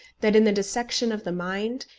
that, in the dissection of the mind,